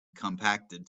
compacted